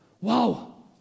Wow